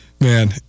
Man